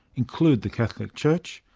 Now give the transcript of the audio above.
include the catholic church,